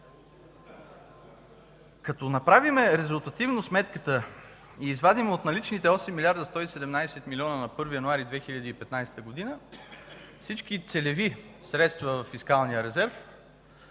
Като направим резултативно сметката и извадим от наличните 8 млрд. 117 милиона на 1 януари 2015 г. всички целеви средства във фискалния резерв,